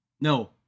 No